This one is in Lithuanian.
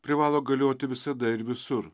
privalo galioti visada ir visur